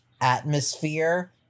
atmosphere